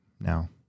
now